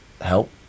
help